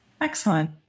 Excellent